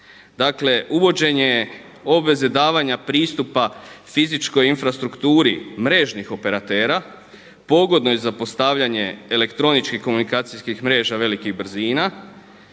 Dakle uvođenje obveze davanja pristupa fizičkoj infrastrukturi mrežnih operatera pogodnoj za postavljanje elektroničkih komunikacijskih mreža velikih brzina,